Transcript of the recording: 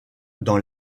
dans